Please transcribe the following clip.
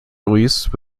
release